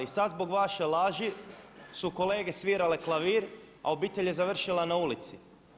I sad zbog vaše laži su kolege svirale klavir a obitelj je završila na ulici.